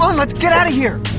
um let's get out of here!